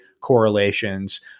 correlations